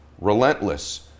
relentless